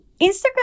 Instagram